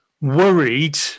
worried